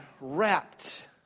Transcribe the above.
wrapped